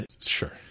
sure